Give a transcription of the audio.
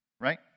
right